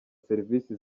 serivisi